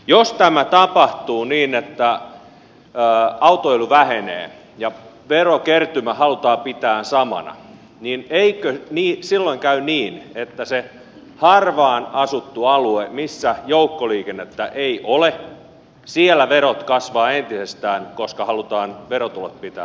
jos tämä tapahtuu niin että autoilu vähenee ja verokertymä halutaan pitää samana niin eikö silloin käy niin että sellaisella harvaan asutulla alueella missä joukkoliikennettä ei ole verot kasvavat entisestään koska halutaan verotulot pitää samana